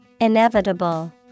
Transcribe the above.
Inevitable